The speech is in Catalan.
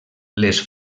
les